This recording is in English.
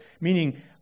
Meaning